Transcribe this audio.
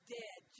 dead